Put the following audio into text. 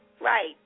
Right